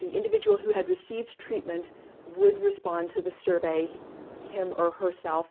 the individual who had received treatment would respond to the survey him or herself.